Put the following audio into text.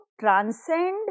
transcend